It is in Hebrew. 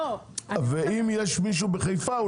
ואם יש מישהו בחיפה,